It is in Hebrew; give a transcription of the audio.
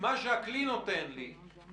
הוא יגיד לכם